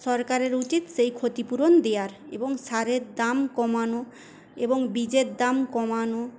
সরকারের উচিৎ সেই ক্ষতিপূরণ দেয়ার এবং সারের দাম কমানো এবং বীজের দাম কমানো